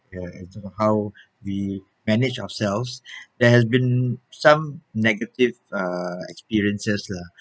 ya it's about how we manage ourselves there has been some negative uh experiences lah